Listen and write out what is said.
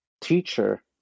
teacher